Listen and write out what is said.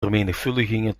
vermenigvuldigingen